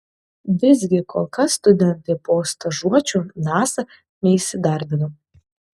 visgi kol kas studentai po stažuočių nasa neįsidarbino